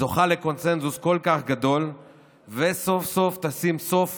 זוכה לקונסנזוס כל כך גדול וסוף-סוף תשים סוף